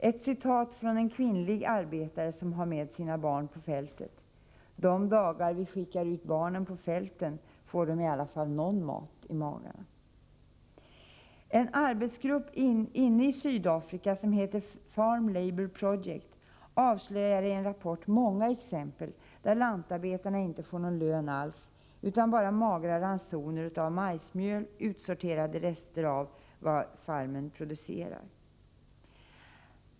Ett citat från en kvinnlig arbetare som har med sig sina barn på fältet: ”De dagar vi skickar barnen ut på fälten får de i alla fall nån mat i magarna.” En arbetsgrupp inne i Sydafrika som heter Farm Labour Project avslöjar i en rapport många fall där lantarbetare inte får någon lön alls, utan bara magra ransoner av majsmjöl och utsorterade rester av vad farmen producerar.